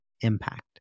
impact